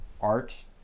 art